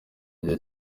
gihe